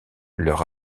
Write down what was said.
leur